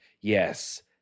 yes